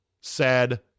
sad